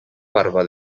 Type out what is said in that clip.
barba